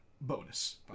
bonus